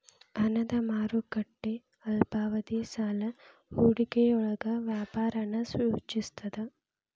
ಹಣದ ಮಾರುಕಟ್ಟೆ ಅಲ್ಪಾವಧಿ ಸಾಲ ಹೂಡಿಕೆಯೊಳಗ ವ್ಯಾಪಾರನ ಸೂಚಿಸ್ತದ